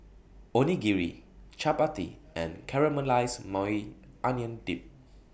Onigiri Chapati and Caramelized Maui Onion Dip